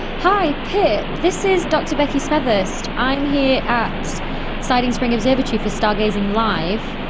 hi, pip, this is dr becky smethurst. i am here at siding spring observatory for stargazing live.